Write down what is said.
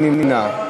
מי נמנע?